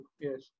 Yes